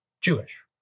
Jewish